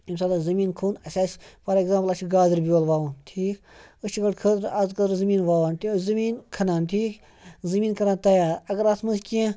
ییٚمہِ ساتہٕ اَسہِ زٔمیٖن کھوٚن اَسہِ آسہِ فار ایٚگزامپٕل اَسہِ چھِ گازٕر بیول وَوُن ٹھیٖک أسۍ چھِ گۄڈٕ خٲطرٕ اَتھ خٲطرٕزٔمیٖن وَوان زٔمیٖن کھَنان ٹھیٖک زٔمیٖن کَران تَیار اگر اَتھ منٛز کینٛہہ